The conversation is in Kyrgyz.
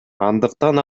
андыктан